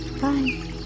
Bye